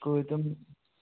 کۭتۍ یِم